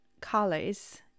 colors